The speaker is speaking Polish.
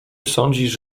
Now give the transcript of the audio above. sądzisz